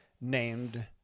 named